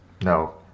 No